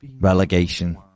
Relegation